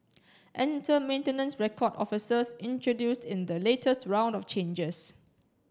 enter maintenance record officers introduced in the latest round of changes